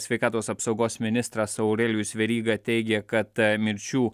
sveikatos apsaugos ministras aurelijus veryga teigė kad mirčių